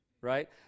Right